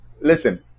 Listen